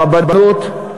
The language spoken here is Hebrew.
הרבנות,